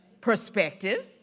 perspective